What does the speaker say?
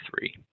three